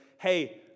hey